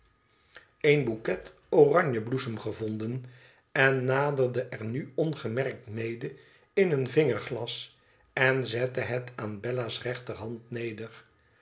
oraojebloesem gevonden en naderde er nu ongemerkt mede in een vingerglas en zette het aan bella's rechterhand neder